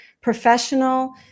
professional